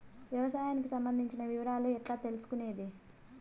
వ్యవసాయానికి సంబంధించిన వివరాలు ఎట్లా తెలుసుకొనేది?